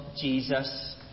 Jesus